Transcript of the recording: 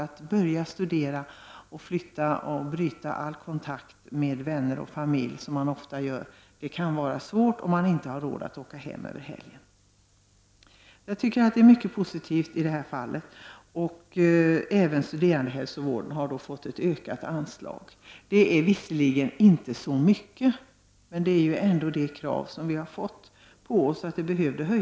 Att börja studera, flytta och bryta all kontakt med vänner och familj, som man ofta gör, kan vara svårt om man inte har råd att åka hem över helgen. Jag tycker också att det är positivt att studerandehälsovården har fått ett ökat anslag. Det är visserligen inte så mycket, men det motsvarar ändå det krav som vi har framfört.